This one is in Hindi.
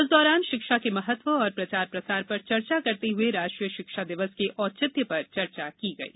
इस दौरान शिक्षा के महत्व और प्रचार प्रसार पर चर्चा करते हुए राष्ट्रीय शिक्षा दिवस के औचित्य पर चर्चा की गई